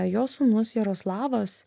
jo sūnus jaroslavas